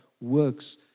works